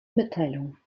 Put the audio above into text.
mitteilungen